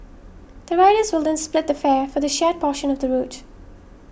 the riders will then split the fare for the shared portion of the route